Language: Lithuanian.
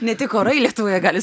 ne tik orai lietuvoje gali